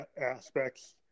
aspects